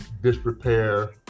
disrepair